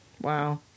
Wow